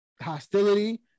hostility